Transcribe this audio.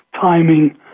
timing